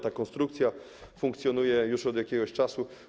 Ta konstrukcja funkcjonuje już od jakiegoś czasu.